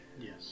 Yes